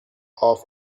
off